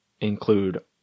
include